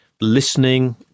listening